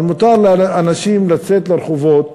אבל מותר לאנשים לצאת לרחובות